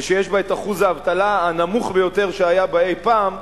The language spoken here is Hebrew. ויש בה אחוז האבטלה הנמוך ביותר שהיה בה אי-פעם,